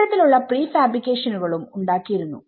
ഇത്തരത്തിൽ ഉള്ള പ്രീഫാബ്രിക്കേഷനുകളും ഉണ്ടാക്കിയിരുന്നു